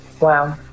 Wow